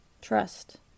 Trust